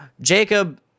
jacob